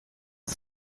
and